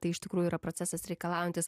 tai iš tikrųjų yra procesas reikalaujantis